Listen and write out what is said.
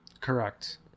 Correct